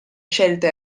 scelta